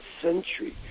century